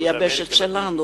ביבשת שלנו,